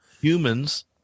Humans